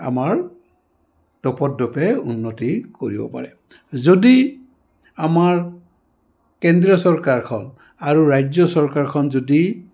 আমাৰ দোপত দোপে উন্নতি কৰিব পাৰে যদি আমাৰ কেন্দ্ৰীয় চৰকাৰখন আৰু ৰাজ্য চৰকাৰখন যদি